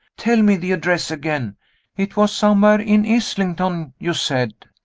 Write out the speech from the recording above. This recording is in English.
tell me the address again it was somewhere in islington, you said.